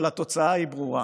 אבל התוצאה היא ברורה,